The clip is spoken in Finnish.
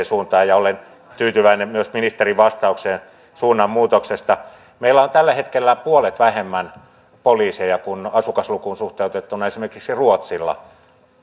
suuntaan ja olen tyytyväinen myös ministerin vastaukseen suunnanmuutoksesta meillä on tällä hetkellä puolet vähemmän poliiseja kuin asukaslukuun suhteutettuna esimerkiksi ruotsilla